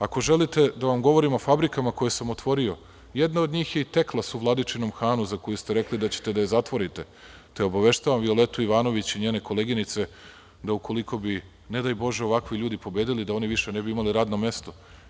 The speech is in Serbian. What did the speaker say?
Ako želite da vam govorim o fabrikama koje sam otvorio, jedna od njih je i „Teklas“ u Vladičinom Hanu, za koju ste rekli da ćete da je zatvorite, te obaveštavam Violetu Ivanović i njene koleginice da ukoliko bi, ne daj bože, ovakvi ljudi pobedili, da one više ne bi imale radno mesto.